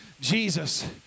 Jesus